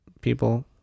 people